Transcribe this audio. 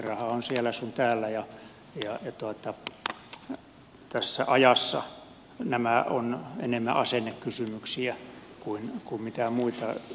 rahaa on siellä sun täällä ja tässä ajassa nämä ovat enemmän asennekysymyksiä kuin mitään muita